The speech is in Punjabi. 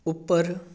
ਉੱਪਰ